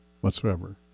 whatsoever